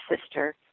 sister